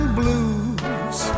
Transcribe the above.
blues